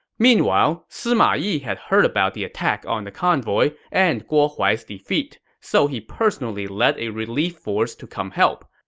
meanwhile, sima yi had heard about the attack on the convoy and guo huai's defeat, so he personally led a relief force to come help.